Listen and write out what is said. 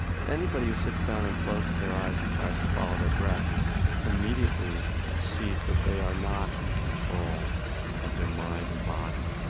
anybody who sits down and closes their eyes and tries to follow their breath immediately sees that they are not in control of their mind and body.